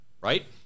right